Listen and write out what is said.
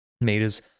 meters